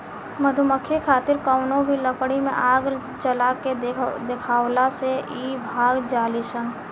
मधुमक्खी खातिर कवनो भी लकड़ी में आग जला के देखावला से इ भाग जालीसन